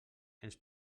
ens